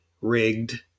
rigged